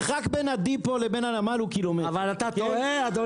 אבל אתה טועה.